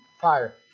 fire